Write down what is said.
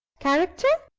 character?